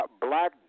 black